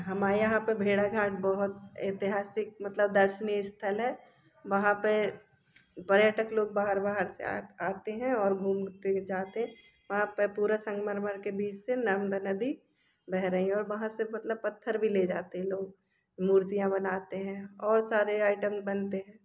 हमारे यहाँ पे भेड़ा घाट बहुत ऐतिहासिक मतलब दर्शनीय स्थल है वहाँ पे पर्यटक लोग बाहर बाहर से आते हैं और घूमते हैं जहाँ पे वहाँ पे पूरा संगमरमर के बीच से नर्मदा नदी वह रही है और वहाँ से मतलब पत्थर भी ले जाते हैं लोग मूर्तियाँ बनाते हैं और सारे आइटम बनते हैं